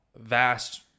vast